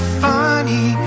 funny